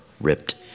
ripped